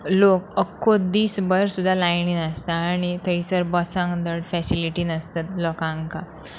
लोक अख्खो दीसभर सुद्दां लायनीन आसता आनी थंयसर बसांक धड फेसिलिटी नसतत लोकांकां